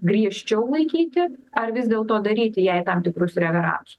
griežčiau laikyti ar vis dėl to daryti jai tam tikrus reveransus